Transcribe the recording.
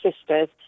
sisters